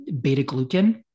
beta-glucan